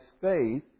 faith